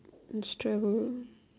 instrument